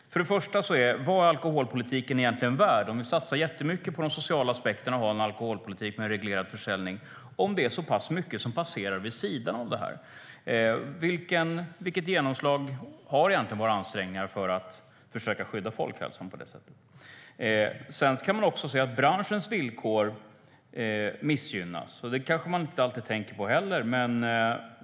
För det första: Vad är alkoholpolitiken värd, om vi satsar jättemycket på de sociala aspekterna av att ha en alkoholpolitik med reglerad försäljning, om det är så pass mycket alkohol som passerar vid sidan av? För det andra: Vilket genomslag har våra ansträngningar för att skydda folkhälsan? Branschens villkor missgynnas också, och det tänker man kanske inte på.